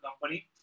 company